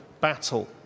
battle